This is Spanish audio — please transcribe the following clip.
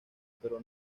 pero